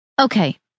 Okay